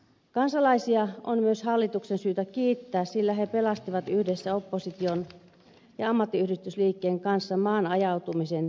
kansalaisia on myös hallituksen syytä kiittää sillä he pelastivat yhdessä opposition ja ammattiyhdistysliikkeen kanssa maan ajautumisen sopimuksettomaan tilaan